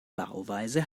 bauweise